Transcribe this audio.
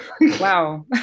wow